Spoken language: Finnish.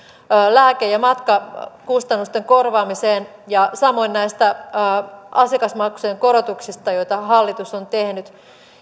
lääke ja matkakustannusten korvaamiseen ja samoin näistä asiakasmaksujen korotuksista joita hallitus on tehnyt